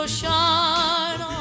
shine